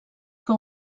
que